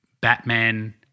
Batman